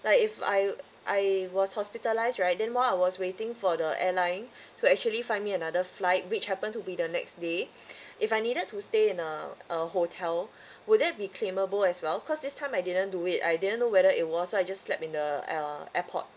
like if I were I was hospitalised right then while I was waiting for the airline to actually find me another flight which happen to be the next day if I needed to stay in a a hotel would that be claimable as well cause this time I didn't do it I didn't know whether it was so I just slept in the uh airport